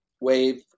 wave